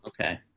Okay